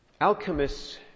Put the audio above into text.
Alchemists